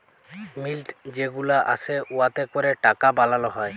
মিল্ট যে গুলা আসে উয়াতে ক্যরে টাকা বালাল হ্যয়